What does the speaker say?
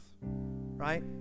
right